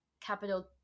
capital